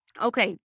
Okay